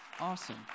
awesome